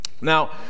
Now